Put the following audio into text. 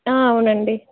ఆ అవునండి